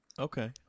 okay